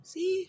See